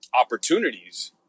opportunities